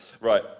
Right